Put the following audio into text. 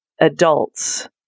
adults